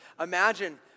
Imagine